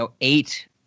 eight